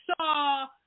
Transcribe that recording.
saw